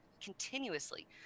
continuously